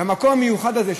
המקום המיוחד הזה,